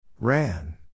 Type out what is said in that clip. Ran